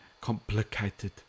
complicated